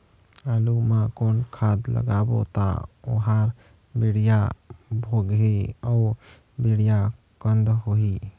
आलू मा कौन खाद लगाबो ता ओहार बेडिया भोगही अउ बेडिया कन्द होही?